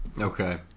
Okay